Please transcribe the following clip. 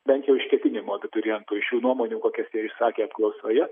bent jau iš ketinimų abiturientų iš jų nuomonių kokias jie išsakė apklausoje